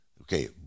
Okay